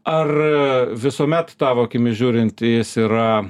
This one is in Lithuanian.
ar visuomet tavo akimis žiūrint jis yra